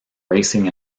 racing